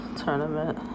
tournament